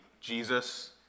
Jesus